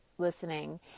listening